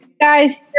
guys